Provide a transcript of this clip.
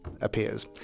appears